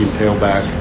tailback